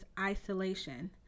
isolation